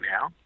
now